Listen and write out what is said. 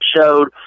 showed